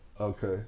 okay